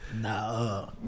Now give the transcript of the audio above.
Nah